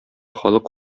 халык